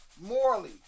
Morally